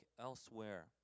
elsewhere